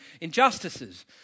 injustices